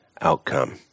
outcome